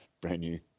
brand-new